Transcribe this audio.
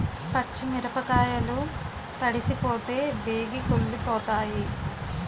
పచ్చి మిరపకాయలు తడిసిపోతే బేగి కుళ్ళిపోతాయి